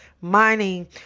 mining